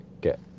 get